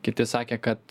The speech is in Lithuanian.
kiti sakė kad